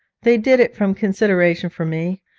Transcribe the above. they did it from consideration for me,